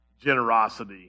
generosity